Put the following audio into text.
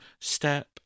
step